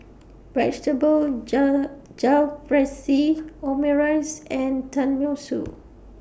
Vegetable Jalfrezi Omurice and Tenmusu